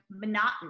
monotony